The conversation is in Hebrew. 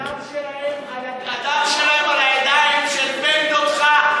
הדם שלהם על הידיים של בן-דודך,